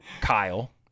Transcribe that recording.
Kyle